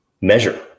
measure